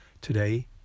Today